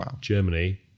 Germany